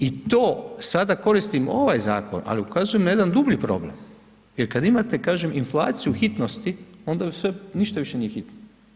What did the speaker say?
I to sada koristim ovaj zakon ali ukazujem na jedan dublji problem, jer kada imate, kažem inflaciju hitnosti, onda više ništa nije hitno.